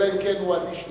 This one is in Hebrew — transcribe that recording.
אלא אם כן הוא אדיש להם.